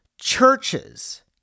churches